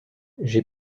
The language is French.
j’ai